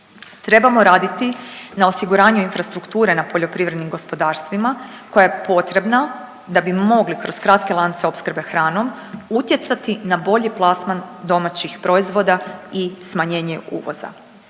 Trebamo raditi na osiguranju infrastrukture na poljoprivrednim gospodarstvima koja je potrebna da bi mogli kroz kratke lance opskrbe hranom utjecati na bolji plasman domaćih proizvoda i smanjenje uvoza.